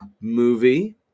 Movie